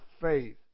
faith